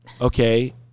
Okay